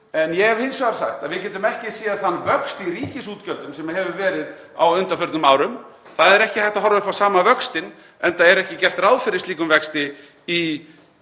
en ég hef hins vegar sagt að við getum ekki séð þann vöxt í ríkisútgjöldum sem hefur verið á undanförnum árum. Það er ekki hægt að horfa upp á sama vöxtinn, enda er ekki gert ráð fyrir slíkum vexti í